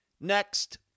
Next